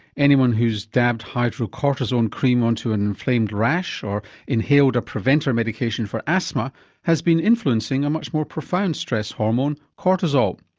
anyone who's dabbed hydrocortisone cream onto an inflamed rash or inhaled a preventer medication for asthma has been influencing a much more profound stress hormone cortisol.